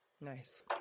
Nice